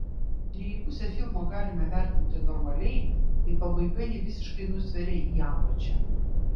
ir jei pusę filmo galime vertinti normaliai tai pabaiga jį visiškai nusveria į apačią